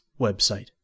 website